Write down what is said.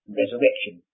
resurrection